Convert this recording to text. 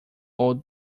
old